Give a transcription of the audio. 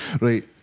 right